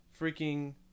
freaking